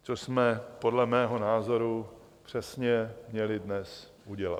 To jsme podle mého názoru přesně měli dnes udělat.